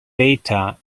data